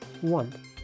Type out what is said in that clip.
One